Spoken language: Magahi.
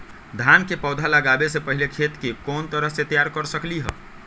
धान के पौधा लगाबे से पहिले खेत के कोन तरह से तैयार कर सकली ह?